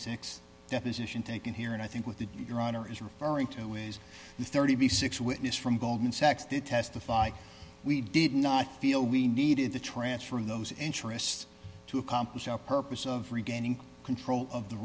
six deposition taken here and i think with the your honor is referring to is the thirty six witness from goldman sachs to testify we did not feel we needed the transfer of those interests to accomplish our purpose of regaining control of the